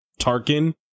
Tarkin